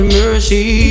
mercy